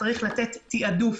צריך לתת תעדוף